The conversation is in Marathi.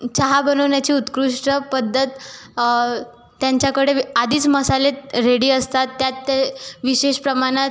चहा बनवण्याची उत्कृष्ट पद्धत त्यांच्याकडे वे आधीच मसाले रेडी असतात त्यात ते विशेष प्रमाणात